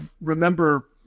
remember